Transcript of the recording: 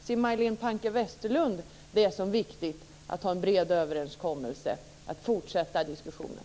Ser Majléne Westerlund Panke det som viktigt att ha en bred överenskommelse och att fortsätta diskussionen?`